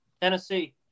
Tennessee